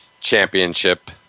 Championship